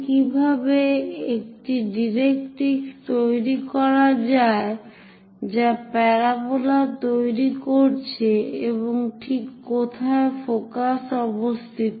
এখন কীভাবে একটি ডাইরেক্ট্রিক্স তৈরি করা যায় যা প্যারাবোলা তৈরি করছে এবং ঠিক কোথায় ফোকাস অবস্থিত